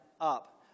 up